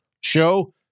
show